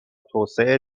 توسعه